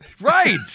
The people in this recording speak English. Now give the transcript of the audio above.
Right